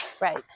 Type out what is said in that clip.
right